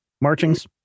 ...marchings